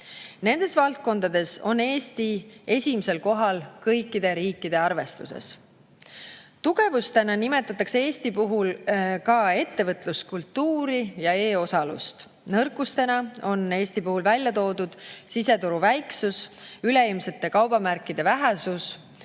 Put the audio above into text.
Nendes valdkondades on Eesti esimesel kohal kõikide riikide arvestuses. Tugevustena nimetatakse Eesti puhul ka ettevõtluskultuuri ja e-osalust. Nõrkustena on Eesti puhul välja toodud siseturu väiksus, üleilmsete kaubamärkide vähesus,